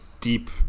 deep